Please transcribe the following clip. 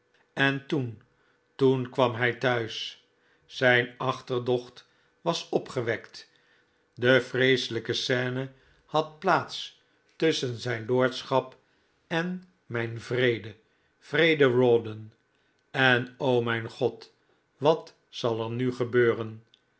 en toen toen kwam hij thuis zijn achterdocht was opgewekt de vreeselijke scene had plaats tusschen zijn lordschap en mijn wreeden wreeden rawdon en o mijn god wat zal er nu gebeuren